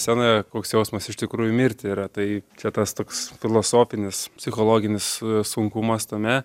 scenoje koks jausmas iš tikrųjų mirti yra tai čia tas toks filosofinis psichologinis sunkumas tame